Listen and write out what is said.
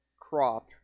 crop